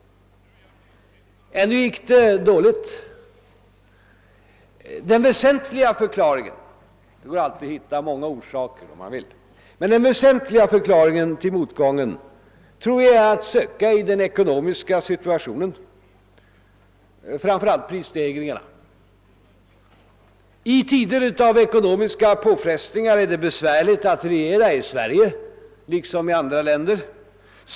Ändå gick det dåligt. En väsentlig förklaring till motgången — det går alitid att hitta många orsaker om man vill — är att söka i den ekonomiska situationen, framför allt då prisstegringarna. I tider av ekonomiska påfrestningar är det besvärligt att regera i Sverige liksom det är i andra länder.